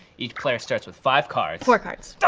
each player starts with five cards. four cards. d'oh!